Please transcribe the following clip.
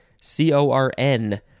C-O-R-N